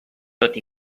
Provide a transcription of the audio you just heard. tot